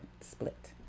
split